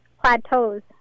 plateaus